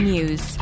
News